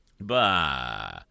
Bah